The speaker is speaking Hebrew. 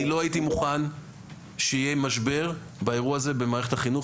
אני לא הייתי מוכן שיהיה משבר באירוע הזה במערכת החינוך